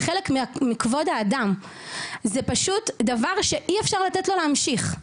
זה חלק מכבוד האדם וזה פשוט דבר שאי אפשר לתת לו להמשיך לקרות,